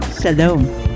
Shalom